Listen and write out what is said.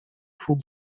full